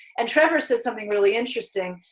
and trevor said something really interesting.